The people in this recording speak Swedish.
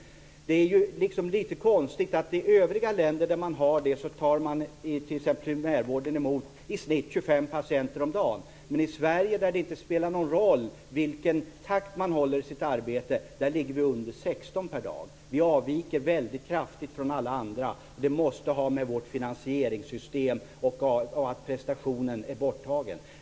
Det är ju liksom litet konstigt att i övriga länder där man har detta tar man t.ex. i primärvården i snitt emot 25 patienter om dagen. I Sverige, där det inte spelar någon roll vilken takt man håller i sitt arbete, ligger vi på under 16 per dag. Vi avviker väldigt kraftigt från alla andra. Det måste ha att göra med vårt finansieringssystem och med att det här med prestationen är borttagen.